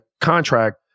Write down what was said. contract